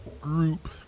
group